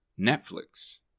Netflix